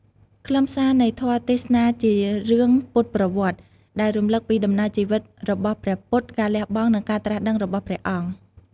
ខ្លឹមសារនៃធម៌ទេសនាជារឿង ពុទ្ធប្រវត្តិ ដែលរំលឹកពីដំណើរជីវិតរបស់ព្រះពុទ្ធ ការលះបង់ និងការត្រាស់ដឹងរបស់ព្រះអង្គ។